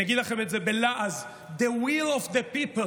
אני אגיד לכם את זה בלעז: The will of the people,